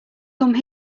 come